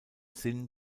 sinn